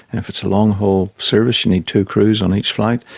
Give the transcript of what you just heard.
and if it's a long-haul service you need two crews on each flight,